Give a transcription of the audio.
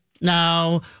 now